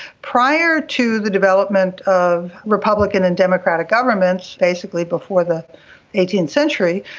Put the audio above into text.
prior to the development of republican and democratic governments, basically before the eighteenth century,